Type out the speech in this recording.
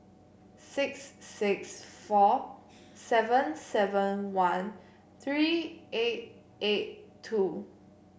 six six four seven seven one three eight eight two